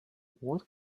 what